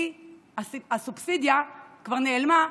כי הסובסידיה כבר נעלמה,